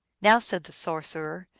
now, said the sorcerer,